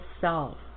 self